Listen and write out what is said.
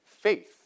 faith